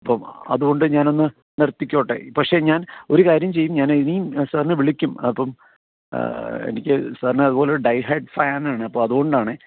അപ്പം അതുകൊണ്ട് ഞാനൊന്ന് നിർത്തിക്കോട്ടെ പക്ഷെ ഞാൻ ഒരു കാര്യം ചെയ്യും ഞാൻ ഇനിയും സാറിനെ വിളിക്കും അപ്പം എനിക്ക് സാറിനെ അതു പോലെ ഡൈ ഹാർഡ് ഫാൻ ആണ് അപ്പം അതുകൊണ്ട് ആണെ